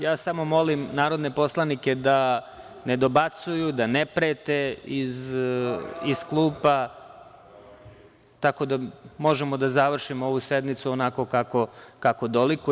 Ja samo molim narodne poslanike da ne dobacuju, da ne prete iz klupa, tako da možemo da završimo ovu sednicu onako kako dolikuje.